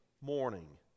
morning